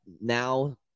now